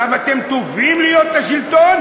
למה אתם טובים להיות בשלטון,